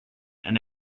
and